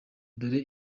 dore